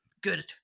good